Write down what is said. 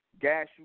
gas